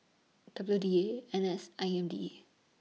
W D A N S and I M D A